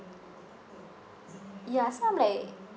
ya so I'm like